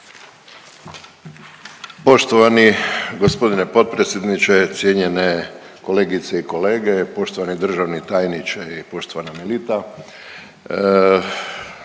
Poštovani gospodine potpredsjedniče, cijenjene kolegice i kolege, poštovani državni tajniče i poštovana Melita.